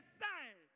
sign